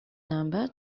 number